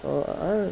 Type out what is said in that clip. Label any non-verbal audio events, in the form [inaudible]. [noise]